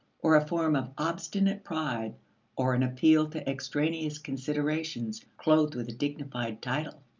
or a form of obstinate pride or an appeal to extraneous considerations clothed with a dignified title.